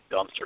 dumpster